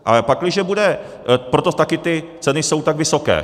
Ale pakliže bude proto taky ty ceny jsou tak vysoké.